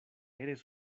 eres